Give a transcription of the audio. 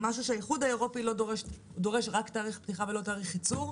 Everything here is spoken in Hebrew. האיחוד האירופי דורש רק תאריך פתיחה ולא תאריך ייצור,